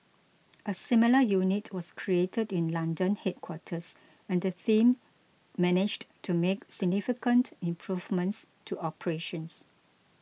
a similar unit was created in the London headquarters and the same managed to make significant improvements to operations